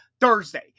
Thursday